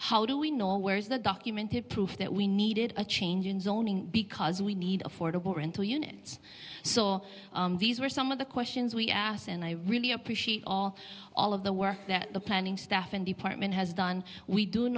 how do we know where's the documented proof that we needed a change because we need affordable rental units so these were some of the questions we asked and i really appreciate all all of the work that the planning staff and department has done we do